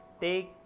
take